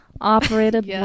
operated